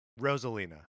Rosalina